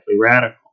radical